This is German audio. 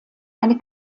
eine